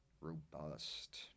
robust